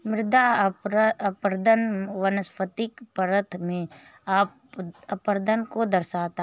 मृदा अपरदन वनस्पतिक परत में अपरदन को दर्शाता है